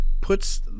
puts